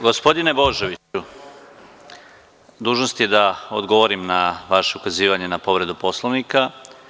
Gospodine Božoviću, dužnost je da odgovorim na vaše prozivanje na povredu Poslovnika.